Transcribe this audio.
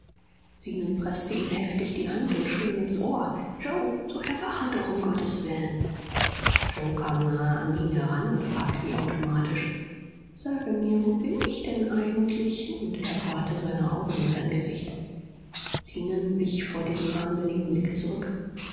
zenon preßte ihm heftig die hand und schrie ihm ins ohr yoe so erwache doch um gottes willen yoe kam nahe an ihn heran und fragte wie automatisch sage mir wo bin ich denn eigentlich und er bohrte seine augen in sein gesicht zenon wich vor diesem wahnsinnigen blick zurück